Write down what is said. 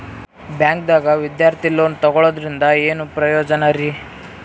ಬ್ಯಾಂಕ್ದಾಗ ವಿದ್ಯಾರ್ಥಿ ಲೋನ್ ತೊಗೊಳದ್ರಿಂದ ಏನ್ ಪ್ರಯೋಜನ ರಿ?